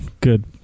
good